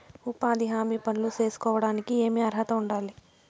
ఉపాధి హామీ పనులు సేసుకోవడానికి ఏమి అర్హత ఉండాలి?